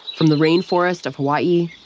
from the rainforest of hawai'i.